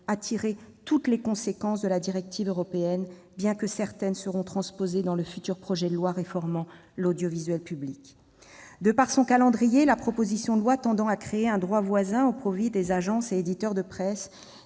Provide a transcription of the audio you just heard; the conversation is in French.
à tirer toutes les conséquences de la directive européenne, bien que certaines dispositions seront transposées dans le futur projet de loi réformant l'audiovisuel public. De par son calendrier, la proposition de loi tendant à créer un droit voisin au profit des agences et éditeurs de presse